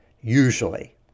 Usually